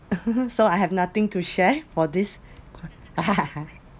so I have nothing to share for this